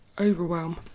overwhelm